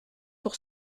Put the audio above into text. pour